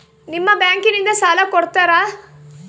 ನಿಮ್ಮ ಬ್ಯಾಂಕಿನಿಂದ ಸಾಲ ಕೊಡ್ತೇರಾ?